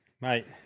Mate